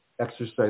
Exercise